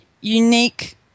unique